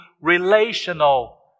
relational